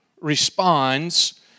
responds